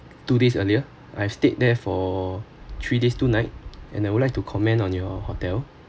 two days earlier I've stayed there for three days tonight and I would like to comment on your hotel